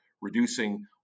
reducing